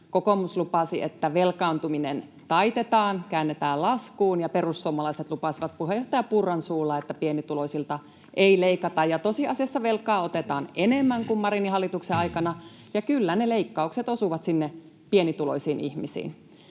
Kokoomus lupasi, että velkaantuminen taitetaan, käännetään laskuun, ja perussuomalaiset lupasivat puheenjohtaja Purran suulla, että pienituloisilta ei leikata. Tosiasiassa velkaa otetaan enemmän kuin Marinin hallituksen aikana, ja kyllä ne leikkaukset osuvat sinne pienituloisiin ihmisiin.